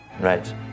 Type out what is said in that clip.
Right